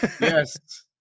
Yes